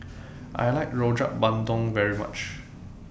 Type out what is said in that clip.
I like Rojak Bandung very much